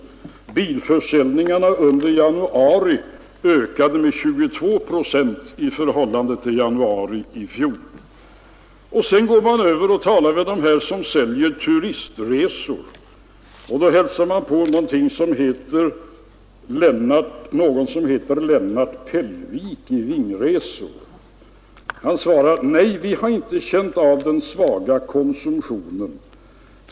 Bilförsäljningarna ökade under januari med 22 procent i förhållande till försäljningarna under januari i fjol. Sedan talar man med dem som säljer turistresor. Man hälsar på någon som heter Lennart Pellvik i Vingresor. Han svarade: ”Nej, vi har inte känt av den svaga konsumtionen.